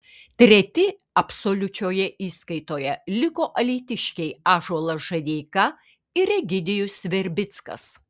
treti absoliučioje įskaitoje liko alytiškiai ąžuolas žadeika ir egidijus verbickas